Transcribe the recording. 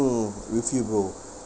with you bro